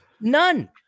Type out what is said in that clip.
None